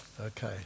Okay